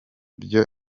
byo